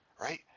right